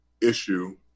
issue